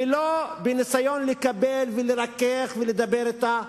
ולא בניסיון לקבל ולרכך ולדבר אתה,